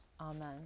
Amen